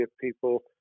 people